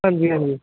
हां जी हां जी